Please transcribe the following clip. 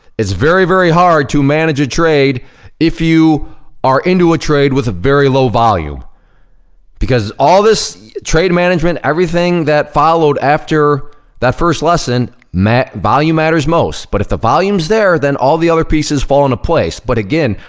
it's very, very hard to manage a trade if you are into a trade with a very low volume because all this trade management, everything that followed after that first lesson, volume matters most, but if the volume's there, then all the other pieces fall into place, but again,